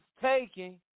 taking